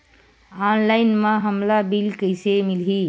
Online म हमला bill कइसे मिलही?